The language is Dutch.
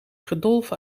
gedolven